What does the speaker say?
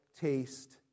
taste